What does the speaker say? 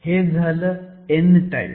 हे झालं n type